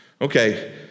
Okay